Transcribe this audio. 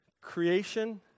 creation